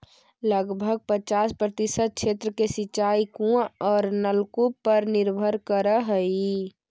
लगभग पचास प्रतिशत क्षेत्र के सिंचाई कुआँ औ नलकूप पर निर्भर करऽ हई